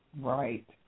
Right